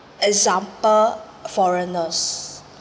example foreigners